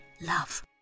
love